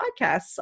podcasts